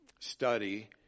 study